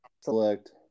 select